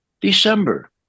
December